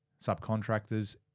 subcontractors